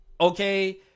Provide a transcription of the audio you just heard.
okay